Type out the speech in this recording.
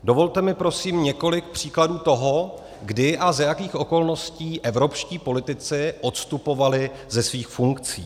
Dovolte mi prosím několik příkladů toho, kdy a za jakých okolností evropští politici odstupovali ze svých funkcí.